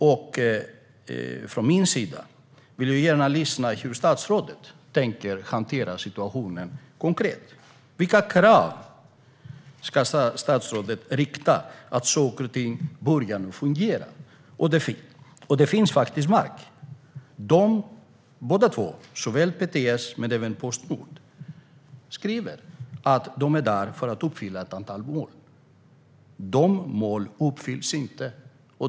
Jag vill gärna höra hur statsrådet tänker hantera situationen - konkret. Vilka krav ska statsrådet rikta så att saker och ting börjar fungera? Både PTS och Postnord skriver att de är där för att uppfylla ett antal mål. De målen uppfylls inte.